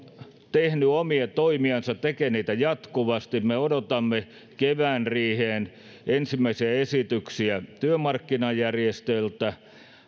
tehnyt omia toimiansa tekee niitä jatkuvasti me odotamme kevään riiheen ensimmäisiä esityksiä työmarkkinajärjestöiltä